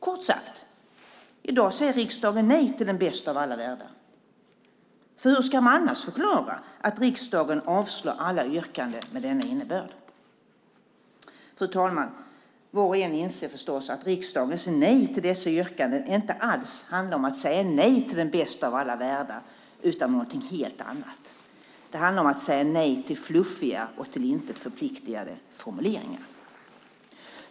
Kort sagt, i dag säger riksdagen nej till den bästa av alla världar. Hur ska man annars förklara att riksdagen avslår alla yrkanden med denna innebörd? Fru talman! Var och en inser förstås att riksdagens nej till dessa yrkanden inte alls handlar om att säga nej till den bästa av alla världar utan om någonting helt annat. Det handlar om att säga nej till fluffiga och till intet förpliktande formuleringar.